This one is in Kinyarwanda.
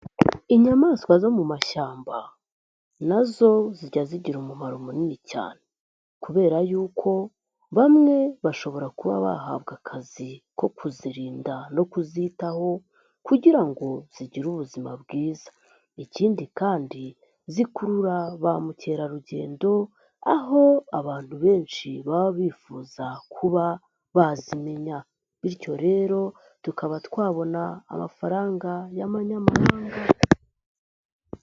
Inyamaswa zo mu mashyamba nazo zijya zigira umumaro munini cyane kubera yuko bamwe bashobora kuba bahabwa akazi ko kuzirinda no kuzitaho kugira ngo zigire ubuzima bwiza. Ikindi kandi zikurura ba mukerarugendo aho abantu benshi baba bifuza kuba bazimenya. Bityo rero tukaba twabona amafaranga y'abanmanyamahanga.